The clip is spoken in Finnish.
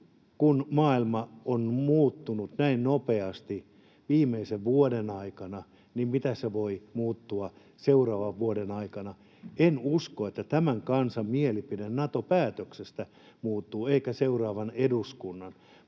Kun maailma on muuttunut näin nopeasti viimeisen vuoden aikana, niin miten se voi muuttua seuraavan vuoden aikana? En usko, että tämän kansan tai seuraavan eduskunnan